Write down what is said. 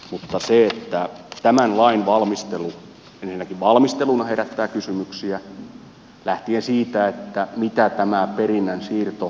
mutta tämän lain valmistelu ensinnäkin valmisteluna herättää kysymyksiä lähtien siitä mitä tämä perinnän siirto tulee maksamaan